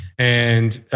and